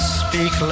speak